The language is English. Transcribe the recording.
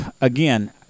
again